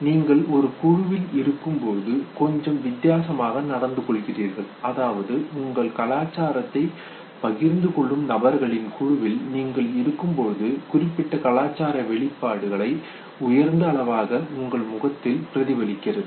நீங்கள் ஒரு குழுவில் இருக்கும்போது கொஞ்சம் வித்தியாசமாக நடந்து கொள்கிறீர்கள் அதாவது உங்கள் கலாச்சாரத்தை பகிர்ந்து கொள்ளும் நபர்களின் குழுவில் நீங்கள் இருக்கும்போது குறிப்பிட்ட கலாச்சார வெளிப்பாடு உயர்ந்த அளவாக உங்கள் முகத்தில் பிரதிபலிக்கிறது